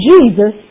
Jesus